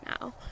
now